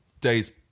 days